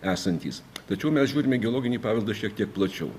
esantys tačiau mes žiūrime į geologinį paveldą šiek tiek plačiau